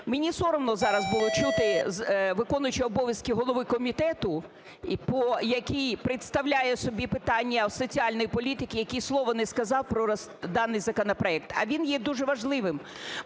Мені соромно зараз було чути виконуючого обов'язки голови комітету, який представляє собі питання соціальної політики, який слово не сказав про даний законопроект, а він є дуже важливим.